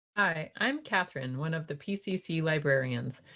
hi! i'm kathryn, one of the pcc librarians.